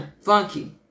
funky